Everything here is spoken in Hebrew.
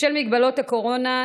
בשל מגבלות הקורונה,